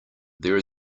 there